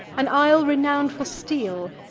an isle renown'd for steel,